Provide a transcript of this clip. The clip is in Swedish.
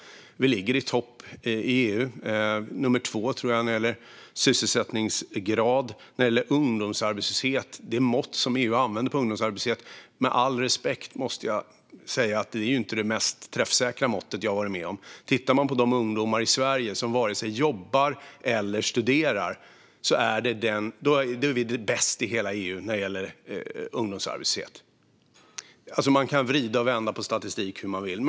Vi ligger i topp i EU, på plats nummer två, tror jag, när det gäller sysselsättningsgrad. När det gäller ungdomsarbetslösheten måste jag, med all respekt, säga att det mått som EU använder inte är det mest träffsäkra mått jag sett. Tittar man i stället på de ungdomar som varken jobbar eller studerar är vi i Sverige bäst i hela EU när det gäller ungdomsarbetslöshet. Man kan vrida och vända på statistik hur man vill.